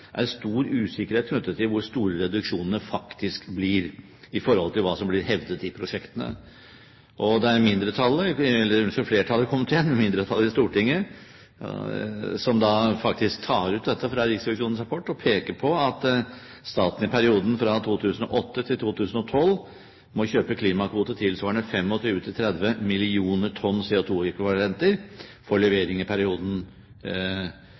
er stor usikkerhet knyttet til hvor store reduksjonene faktisk blir, i forhold til hva som blir hevdet i prosjektene. Det er flertallet i komiteen, mindretallet i Stortinget, som faktisk tar ut dette fra Riksrevisjonens rapport og peker på at staten i perioden fra 2008 til 2012 må kjøpe klimakvoter tilsvarende 25–30 mill. tonn CO2-ekvivalenter for levering i perioden